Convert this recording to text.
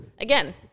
Again